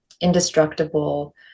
indestructible